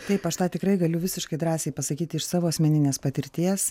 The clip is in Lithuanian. taip aš tą tikrai galiu visiškai drąsiai pasakyti iš savo asmeninės patirties